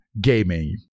gaming